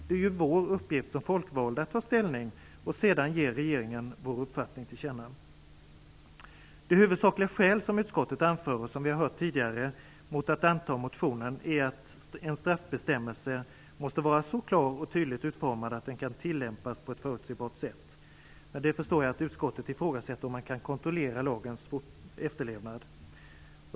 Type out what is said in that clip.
Det är ju vår uppgift som folkvalda att ta ställning och sedan ge regeringen vår uppfattning till känna. De huvudsakliga skäl som utskottet anför, och som vi har hört tidigare, mot att anta motionen är att en straffbestämmelse måste vara så klart och tydligt utformad att den kan tillämpas på ett förutsägbart sätt. Med det förstår jag att utskottet ifrågasätter om man kan kontrollera lagens efterlevnad.